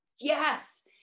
yes